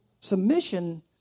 submission